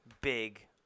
big